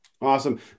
awesome